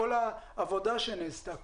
על העבודה שנעשתה,